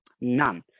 none